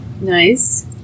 Nice